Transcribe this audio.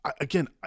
again